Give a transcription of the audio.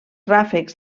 ràfecs